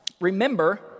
remember